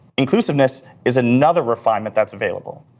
inclusiveness is another refinement that's available.